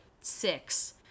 six